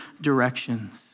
directions